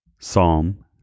Psalm